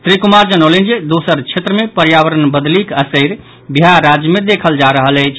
श्री कुमार जनौलनि जे दोसर क्षेत्र मे पर्यावरण बदलिक असरि बिहार राज्य मे देखल जा रहल अछि